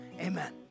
amen